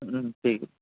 উম উম ঠিক আছে